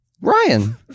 ryan